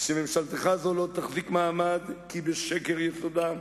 שממשלתך זו לא תחזיק מעמד, כי בשקר יסודה,